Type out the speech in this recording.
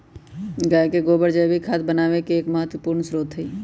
गाय के गोबर जैविक खाद बनावे के एक महत्वपूर्ण स्रोत हई